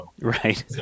Right